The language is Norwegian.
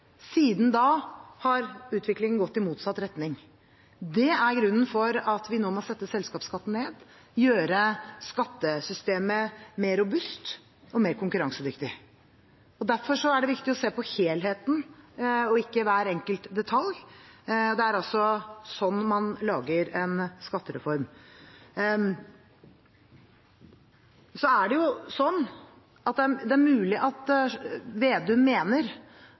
Siden da har utviklingen gått i motsatt retning. Det er grunnen til at vi nå må sette selskapsskatten ned, gjøre skattesystemet mer robust og mer konkurransedyktig. Derfor er det viktig å se på helheten og ikke hver enkelt detalj. Det er sånn man lager en skattereform. Det er mulig Slagsvold Vedum mener at det beste svaret for å få opp kreativitet, gründerskap og nyvinning i næringslivet er gjennom de regionale utviklingsmidlene. Vel, vi mener